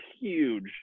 huge